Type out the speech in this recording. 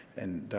and